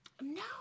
No